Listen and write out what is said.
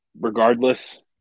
regardless